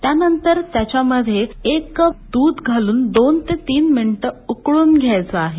त्यानंतर त्याच्यामधे एक कप द्ध घालून दोन ते तीन मिनिटं उकळून घ्यायचं आहे